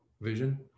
Vision